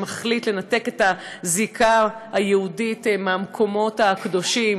שמחליט לנתק את הזיקה היהודית למקומות הקדושים,